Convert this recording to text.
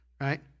right